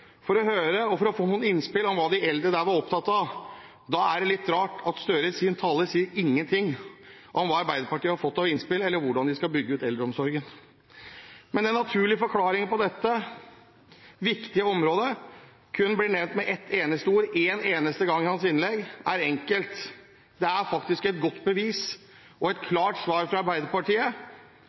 for å høre og for å få noen innspill om hva de eldre der var opptatt av. Da er det litt rart at Gahr Støre i sitt innlegg ikke sier noe om hva Arbeiderpartiet har fått av innspill, eller hvordan de skal bygge ut eldreomsorgen. Men den naturlige forklaringen på at dette viktige området kun blir nevnt med ett eneste ord én eneste gang i hans innlegg, er enkel: Det er faktisk et godt bevis på og et klart svar fra Arbeiderpartiet